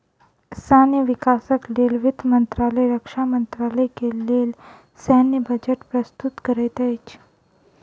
सैन्य विकासक लेल वित्त मंत्रालय रक्षा मंत्रालय के लेल सैन्य बजट प्रस्तुत करैत अछि